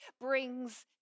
brings